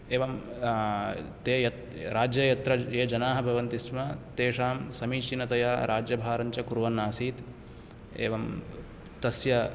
एवं ते यत् राज्ये यत्र ये जनाः भवन्ति स्म तेषां समीचीनतया राज्यभारञ्च कुर्वन्नासीत् एवं तस्य